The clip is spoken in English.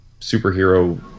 superhero